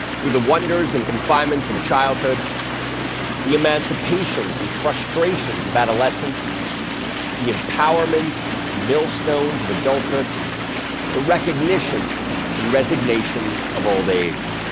through the wonders and confinements of childhood the emancipations and frustrations of adolescence the empowerments and millstones of adulthood the recognitions and resignations of old age.